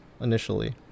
initially